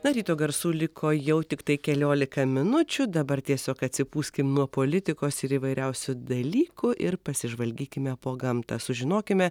na ryto garsų liko jau tiktai keliolika minučių dabar tiesiog atsipūskim nuo politikos ir įvairiausių dalykų ir pasižvalgykime po gamtą sužinokime